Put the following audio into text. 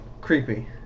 creepy